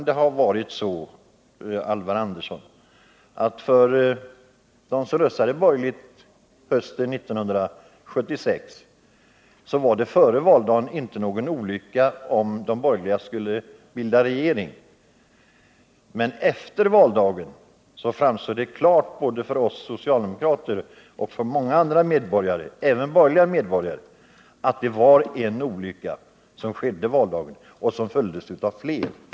Det kan ha varit så, Alvar Andersson, att för dem som röstade borgerligt hösten 1976 var det före valdagen inte någon olycka om de borgerliga skulle bilda regering. Men efter valdagen framstår det klart, både för oss socialdemokrater och för många som röstade borgerligt, att det var en olycka som skedde på valdagen, en olycka som följdes av flera.